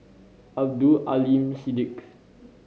Abdul Aleem Siddique